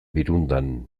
birundan